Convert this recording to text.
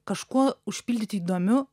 kažkuo užpildyt įdomiu